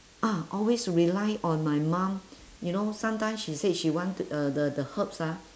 ah always rely on my mum you know sometime she said she want to uh the the herbs ah